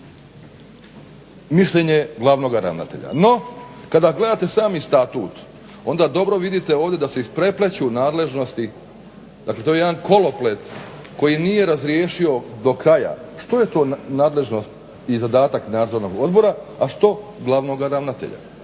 mišljenje glavnog ravnatelja. No kada gledate sami statut onda dobro vidite ovdje da se isprepleću nadležnosti, dakle to je jedan koloplet koji nije razriješio do kraja što je to nadležnost i zadatak Nadzornog odbora, a što glavnog ravnatelja.